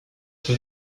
sur